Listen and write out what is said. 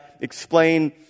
explain